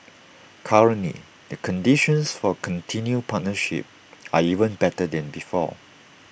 currently the conditions for A continued partnership are even better than before